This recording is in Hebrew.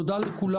תודה לכולם.